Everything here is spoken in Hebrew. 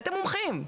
הבאתם מומחים,